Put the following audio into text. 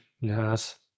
Yes